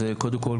אז קודם כל,